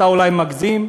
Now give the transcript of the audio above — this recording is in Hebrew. אתה אולי מגזים,